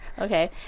okay